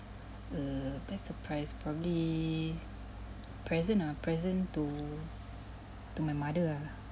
mm best surprise probably present ah present to to my mother ah